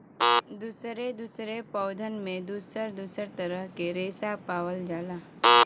दुसरे दुसरे पौधन में दुसर दुसर तरह के रेसा पावल जाला